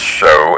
show